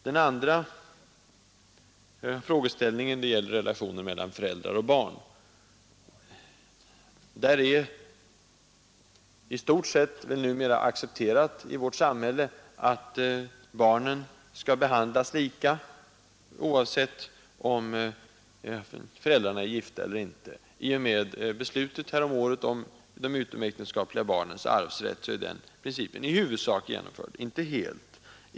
Den andra frågeställningen gäller relationen mellan föräldrar och barn. Där är väl numera i stort sett accepterat i vårt samhälle att barnen skall behandlas lika, oavsett om föräldrarna är gifta eller inte. I och med beslutet häromåret om de utomäktenskapliga barnens arvsrätt är den principen i huvudsak genomförd, men inte helt.